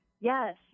Yes